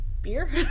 Beer